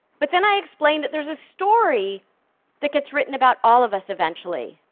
but then i explain that there's a story that gets written about all of us, eventually.